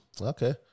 okay